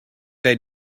they